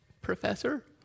professor